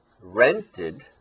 rented